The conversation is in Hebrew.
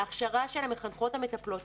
להכשרה של המחנכות המטפלות